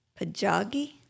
Pajagi